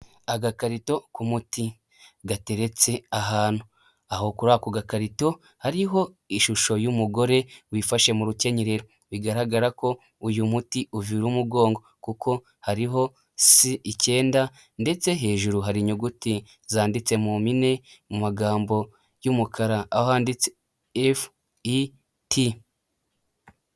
Agakarito k'umuti gateretse ahantu, aho kuri ako gakarito hariho ishusho y'umugore wifashe mu rukenyerero, bigaragara ko uyu muti uvura umugongo, kuko hariho si icyenda ndetse hejuru hari inyuguti zanditse mu mpine mu magambo y'umukara ahanditse f i t.